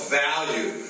value